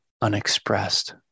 unexpressed